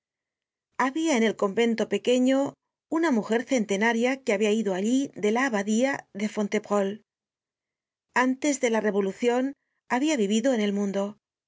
habia en el convento pequeño una mujer centenaria que habí i ido allí de la abadia de fontevrault antes de la revolucion habia vivido en el mundo